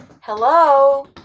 Hello